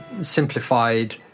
simplified